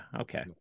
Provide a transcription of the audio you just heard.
Okay